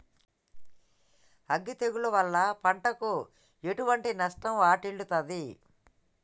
అగ్గి తెగులు వల్ల పంటకు ఎటువంటి నష్టం వాటిల్లుతది?